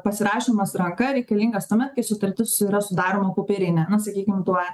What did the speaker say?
pasirašomas ranka reikalingas tuomet kai sutartis yra sudaroma popierinė na sakykim tuo